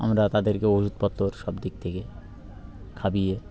আমরা তাদেরকে ওষুধপত্র সব দিক থেকে খাইয়ে